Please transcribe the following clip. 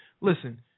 listen